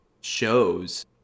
shows